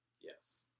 Yes